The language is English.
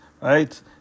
right